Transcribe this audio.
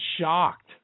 shocked